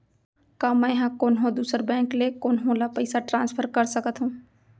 का मै हा कोनहो दुसर बैंक ले कोनहो ला पईसा ट्रांसफर कर सकत हव?